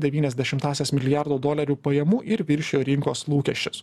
devynias dešimtąsias milijardo dolerių pajamų ir viršijo rinkos lūkesčius